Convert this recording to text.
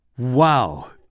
Wow